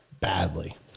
badly